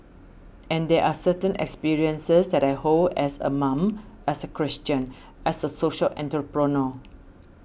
and there are certain experiences that I hold as a mom as a Christian as a social entrepreneur